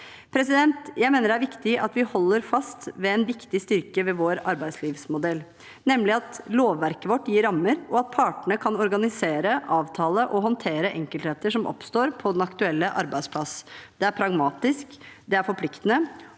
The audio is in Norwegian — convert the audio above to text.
i denne. Jeg mener det er viktig at vi holder fast ved en viktig styrke ved vår arbeidslivsmodell, nemlig at lovverket vårt gir rammer, og at partene kan organisere, avtale og håndtere enkeltheter som oppstår på den aktuelle arbeidsplass. Det er pragmatisk, det er forpliktende,